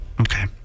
Okay